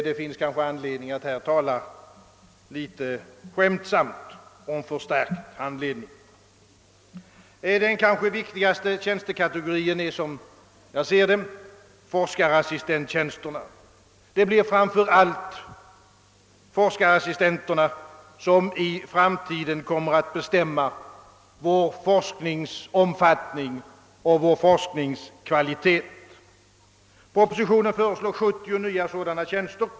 Det finns kanske anledning att här tala litet skämtsamt om förstärkt handledning. Den kanske viktigaste tjänstekategorin är, som jag ser det, forskarassistenttjänsterna. Det blir framför allt forskarassistenterna som i framtiden kommer att bestämma vår forsknings omfattning och kvalitet. I propositionen föreslås 70 nya sådana tjänster.